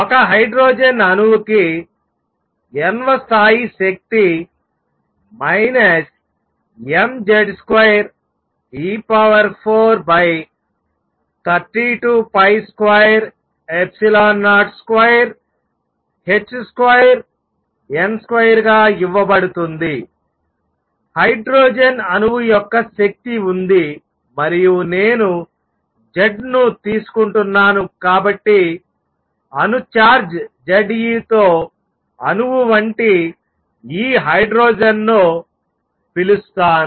ఒక హైడ్రోజన్ అణువు కి n వ స్థాయి శక్తి mz2e432202h2n2 గా ఇవ్వబడుతుంది హైడ్రోజన్ అణువు యొక్క శక్తి ఉంది మరియు నేను Z ను తీసుకుంటున్నాను కాబట్టి అణు చార్జ్ Z e తో అణువు వంటి ఈ హైడ్రోజన్ను పిలుస్తాను